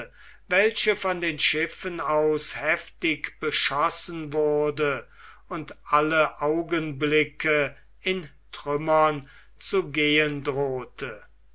welche von den schiffen aus heftig beschossen wurde und alle augenblicke in trümmern zu gehen drohte